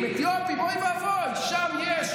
ימין, דתיים, חרדים, אתיופים, אוי ואבוי, שם יש.